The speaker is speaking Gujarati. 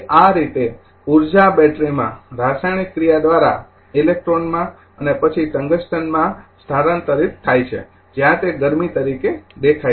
આ રીતે ઉર્જા બેટરીમાં રાસાયણિક ક્રિયા દ્વારા ઇલેક્ટ્રોનમાં અને પછી ટંગસ્ટનમાં સ્થાનાંતરિત થાય છે જ્યાં તે ગરમી તરીકે દેખાય છે